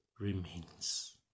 remains